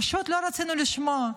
פשוט לא רצינו לשמוע.